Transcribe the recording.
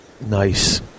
Nice